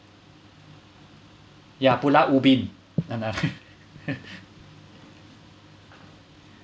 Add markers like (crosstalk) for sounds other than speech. ya pulau ubin (laughs)